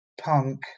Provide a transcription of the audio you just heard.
punk